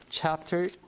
chapter